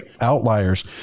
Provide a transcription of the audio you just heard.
outliers